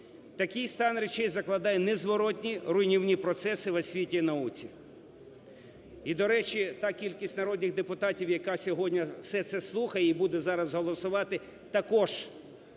Такий стан речей закладає незворотні руйнівні процеси в освіті і науці. І, до речі, та кількість народних депутатів, яка сьогодні все це слухає і буде зараз голосувати, також